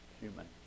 human